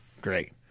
Great